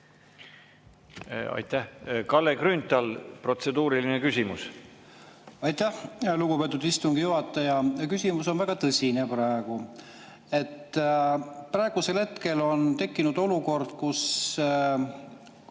Aitäh! Kalle Grünthal, protseduuriline küsimus. Aitäh, lugupeetud istungi juhataja! Küsimus on väga tõsine praegu. Praegusel hetkel on tekkinud olukord, kus